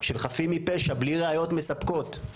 של חפים מפשע בלי ראיות מספקות,